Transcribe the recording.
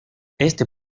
este